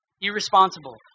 irresponsible